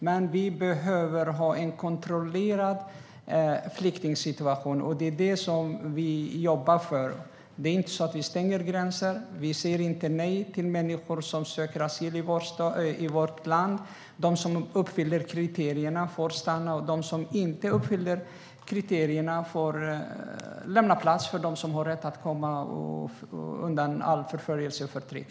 Men vi behöver ha en kontrollerad flyktingsituation. Det är vad vi jobbar för. Det är inte så att vi stänger gränser. Vi säger inte nej till människor som söker asyl i vårt land. De som uppfyller kriterierna får stanna, och de som inte uppfyller kriterierna får lämna plats för dem som har rätt att komma undan all förföljelse och förtryck.